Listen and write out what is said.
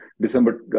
December